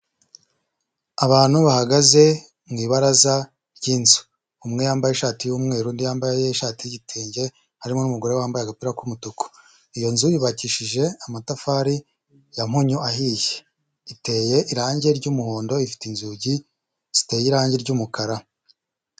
Abantu bahagaze mu ibaraza ry'inzu. Umwe yambaye ishati y'umweru undi yambaye ishati y'igitenge harimo umugore wambaye agapira k'umutuku. Iyo nzu yubakishije amatafari ya mpunyu ahiye. Iteye irangi ry'umuhondo, ifite inzugi ziteye irangi ry'umukara.